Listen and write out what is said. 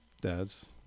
Dads